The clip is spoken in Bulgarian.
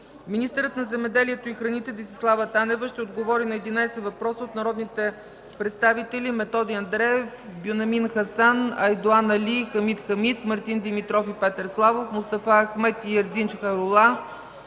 министърът на земеделието и храните Десислава Танева ще отговори на 11 въпроса от народните представители Методи Андреев, Бюнямин Хасан, Айдоан Али и Хамид Хамид, Мартин Димитров и Петър Славов, Мустафа Ахмед и Ердинч Хайрула,